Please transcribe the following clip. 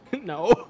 No